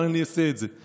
אבל אני אעשה את זה.